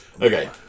Okay